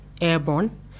airborne